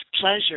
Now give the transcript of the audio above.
pleasure